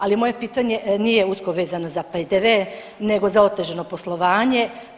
Ali moje pitanje nije usko vezano za PDV nego za otežano poslovanje.